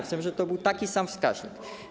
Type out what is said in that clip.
Chcemy, żeby to był taki sam wskaźnik.